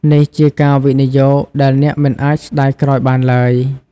នេះជាការវិនិយោគដែលអ្នកមិនអាចស្តាយក្រោយបានឡើយ។